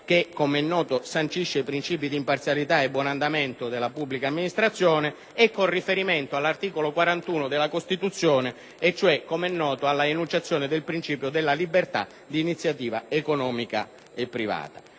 (che, come è noto, sancisce i princìpi di imparzialità e buon andamento della pubblica amministrazione) e 41 della Costituzione, che contiene l'enunciazione del principio della libertà di iniziativa economica e privata.